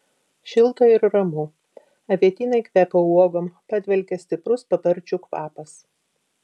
šilta ir ramu avietynai kvepia uogom padvelkia stiprus paparčių kvapas